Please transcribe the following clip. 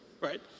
right